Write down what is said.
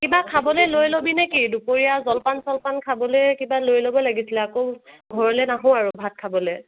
কিবা খাবলে লৈ ল'বি নে কি দুপৰীয়া জলপান চলপান খাবলে কিবা লৈ ল'ব লাগিছিলে আকৌ ঘৰলৈ নাহো আৰু ভাত খাবলে